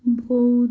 ବଉଦ